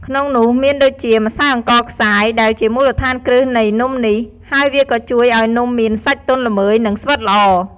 ក្នុងនោះមានដូចជា ម្សៅអង្ករខ្សាយ ដែលជាមូលដ្ឋានគ្រឹះនៃនំនេះ ហើយវាក៏ជួយឱ្យនំមានសាច់ទន់ល្មើយ និងស្វិតល្អ។